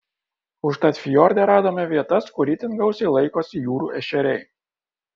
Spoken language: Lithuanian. užtat fjorde radome vietas kur itin gausiai laikosi jūrų ešeriai